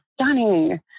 stunning